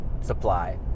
supply